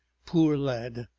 poor lad!